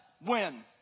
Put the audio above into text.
win